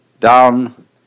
down